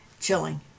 chilling